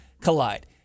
collide